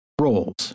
roles